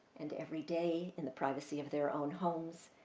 and every day, in the privacy of their own homes,